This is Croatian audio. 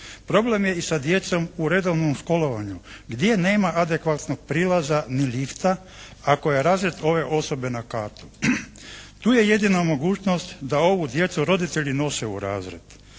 Problem je i sa djecom u redovnom školovanju gdje nema adekvatnog prilaza ni lifta ako je razred ove osobe na katu. Tu je jedina mogućnost da ovu djecu roditelji nose u razred.